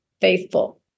faithful